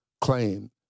claim